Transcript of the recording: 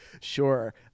Sure